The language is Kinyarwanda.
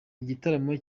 igitaramo